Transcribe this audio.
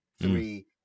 three